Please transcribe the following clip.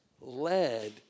led